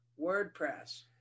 WordPress